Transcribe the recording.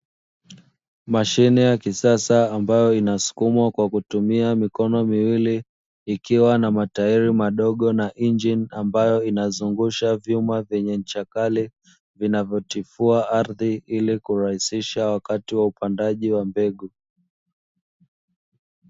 Mashine ya kisasa, ambayo inasukumwa kwa kutumia mikono miwili, ikiwa na matairi madogo na injini ambayo inazungusha vyuma vyenye ncha kali vinavyotifua ardhi ili kurahisisha wakati wa upandaji wa mbegu.